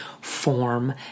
form